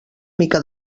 mica